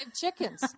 chickens